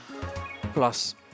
Plus